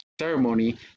ceremony